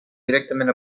directament